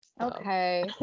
Okay